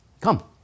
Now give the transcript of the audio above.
come